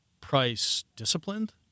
price-disciplined